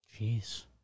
Jeez